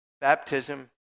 Baptism